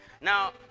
Now